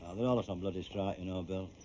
they're all at some bloody strike, you know, bill.